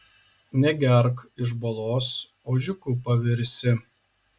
negerk iš balos ožiuku pavirsi